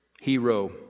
hero